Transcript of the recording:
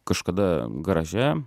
kažkada graže